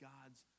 God's